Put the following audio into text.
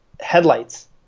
headlights